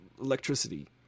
electricity